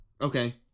Okay